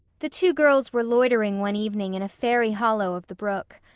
the two girls were loitering one evening in a fairy hollow of the brook.